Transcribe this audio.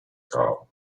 kam